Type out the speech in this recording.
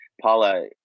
Paula